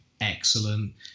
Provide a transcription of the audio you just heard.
excellent